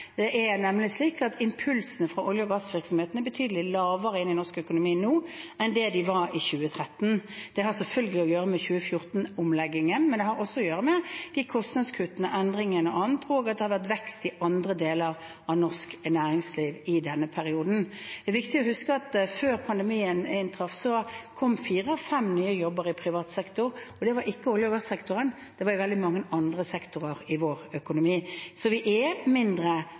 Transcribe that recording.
Det er nemlig slik at impulsene fra olje- og gassvirksomheten er betydelig mindre i norsk økonomi nå enn de var i 2013. Det har selvfølgelig å gjøre med 2014-omleggingen, men det har også å gjøre med de kostnadskuttene, endringene og annet, og at det har vært vekst i andre deler av norsk næringsliv i denne perioden. Det er viktig å huske at før pandemien inntraff, kom fire av fem nye jobber i privat sektor, og det var ikke i olje- og gass-sektoren, det var i veldig mange andre sektorer i vår økonomi. Vi er mindre